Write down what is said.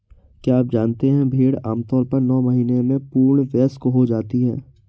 क्या आप जानते है भेड़ आमतौर पर नौ महीने में पूर्ण वयस्क हो जाती है?